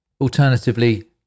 Alternatively